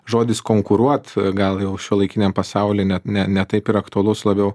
žodis konkuruot gal jau šiuolaikiniam pasauly net ne ne taip ir aktualus labiau